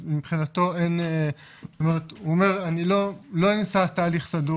אז מבחינתו הוא אומר שלא נעשה תהליך סדור